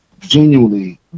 genuinely